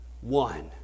One